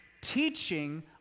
teaching